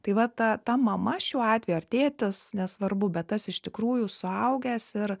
tai va ta ta mama šiuo atveju ar tėtis nesvarbu bet tas iš tikrųjų suaugęs ir